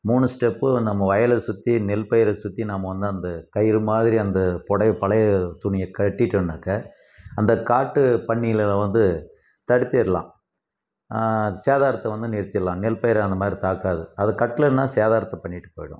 மூணு ஸ்டெப்பு நம்ம வயலை சுற்றி நெல்பயிரை சுற்றி நாம் வந்து அந்த கயிறு மாதிரி அந்த புடவைய பழைய துணியை கட்டிட்டன்னாக்கா அந்த காட்டு பன்றிகளலாம் வந்து தடுத்திடலாம் அந்த சேதாரத்தை வந்து நிறுத்திடலாம் நெல்பயிரை அந்த மாதிரி தாக்காது அது கட்டலேன்னா சேதாரத்தை பண்ணிட்டு போய்விடும்